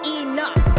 enough